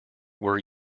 were